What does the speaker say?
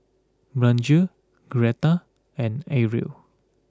Blanchie Greta and Ariel